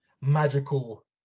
magical